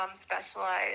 specialized